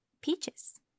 peaches